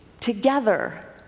together